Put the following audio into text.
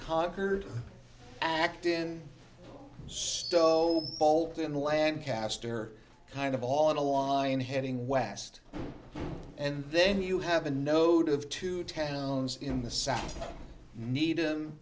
conquered act in stow vault in lancaster kind of all in a line heading west and then you have a node of two towns in the south need